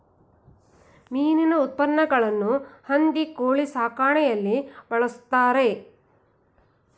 ಮೀನಿನ ಉಪಉತ್ಪನ್ನಗಳನ್ನು ಹಂದಿ ಕೋಳಿ ಸಾಕಾಣಿಕೆಯಲ್ಲಿ ಬಳ್ಸತ್ತರೆ